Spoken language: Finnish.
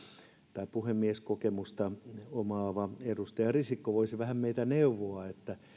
tai puhemieskokemusta omaava edustaja risikko voisi vähän meitä neuvoa että